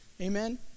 Amen